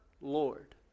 Lord